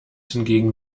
hingegen